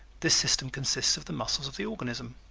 this system consists of the muscles of the organism.